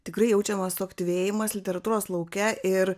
tikrai jaučiamas suaktyvėjimas literatūros lauke ir